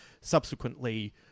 subsequently